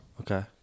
Okay